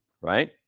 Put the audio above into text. Right